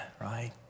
right